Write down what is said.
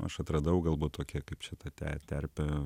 aš atradau galbūt tokią kaip čia tą te terpę